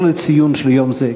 לא "לציון יום זה",